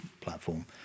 platform